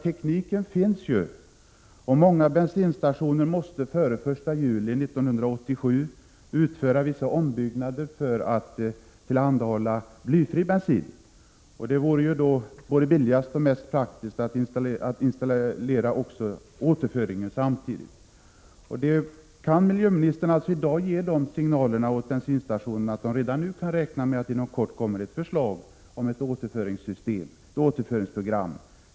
Tekniken finns ju redan, och många bensinstationer måste före den 1 43 juli 1987 utföra vissa ombyggnader för att kunna tillhandahålla blyfri bensin. Det vore både billigast och mest praktiskt att samtidigt installera också återvinningsanläggningarna. Kan miljöministern i dag ge sådana signaler beträffande bensinstationerna att man redan nu kan räkna med att det inom kort kommer ett förslag till återvinningsprogram?